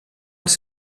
els